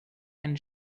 and